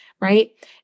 right